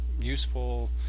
useful